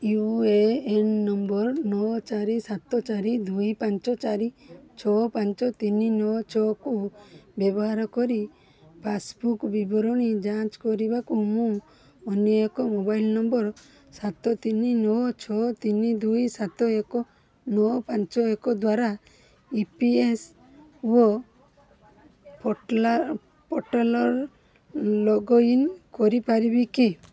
you A N number ନଅ ଚାରି ସାତ ଚାରି ଦୁଇ ପାଞ୍ଚ ଚାରି ଛଅ ପାଞ୍ଚ ତିନି ନଅ ଛଅକୁ ବ୍ୟବହାର କରି ପାସ୍ବୁକ୍ ବିବରଣୀ ଯାଞ୍ଚ କରିବାକୁ ମୁଁ ଅନ୍ୟ ଏକ ମୋବାଇଲ୍ ନମ୍ବର ସାତ ତିନି ନଅ ଛଅ ତିନି ଦୁଇ ସାତ ଏକ ନଅ ପାଞ୍ଚ ଦ୍ଵାରା ଇ ପି ଏସ୍ ଓ ପୋର୍ଟାଲ୍ରେ ଲଗ୍ଇନ୍ କରିପାରିବି କି